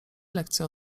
lekcje